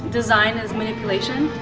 design is manipulation.